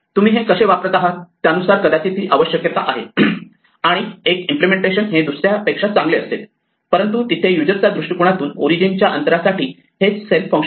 तुम्ही हे कसे वापरत आहात त्यानुसार कदाचित ही आवश्यकता आहे आणि एक इम्प्लिमेंटेशन हे दुसऱ्या पेक्षा चांगले असेल परंतु तिथे युजरच्या दृष्टीकोनातून O च्या अंतरासाठी सेल्फ हेच फंक्शन आहे